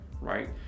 Right